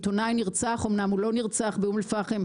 עיתונאי נרצח, אומנם הוא לא רצח באום-אל-פאחם,